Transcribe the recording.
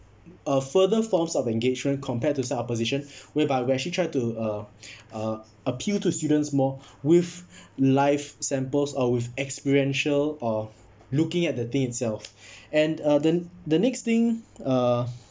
a further forms of engagement compared to side opposition whereby we actually try to uh uh appeal to students more with life samples or with experiential of looking at the thing itself and uh the the next thing uh